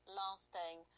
lasting